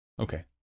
okay